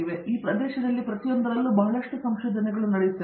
ಆದ್ದರಿಂದ ಈ ಪ್ರದೇಶಗಳಲ್ಲಿ ಪ್ರತಿಯೊಂದರಲ್ಲೂ ಬಹಳಷ್ಟು ಸಂಶೋಧನೆಗಳು ನಡೆಯುತ್ತವೆ